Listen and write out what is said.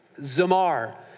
zamar